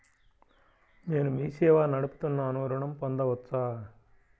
నేను మీ సేవా నడుపుతున్నాను ఋణం పొందవచ్చా?